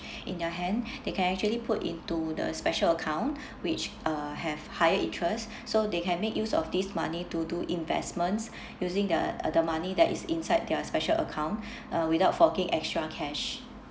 in their hand they can actually put into the special account which uh have higher interest so they can make use of this money to do investments using the uh the money that is inside their special account uh without forking extra cash